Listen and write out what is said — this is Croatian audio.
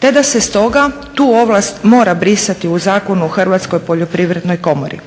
te da se stoga tu ovlast mora brisati u Zakonu o Hrvatskoj poljoprivrednoj komori.